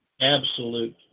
absolute